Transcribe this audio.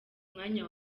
mwanya